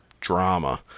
drama